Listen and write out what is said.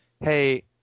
hey